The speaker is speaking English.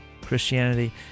Christianity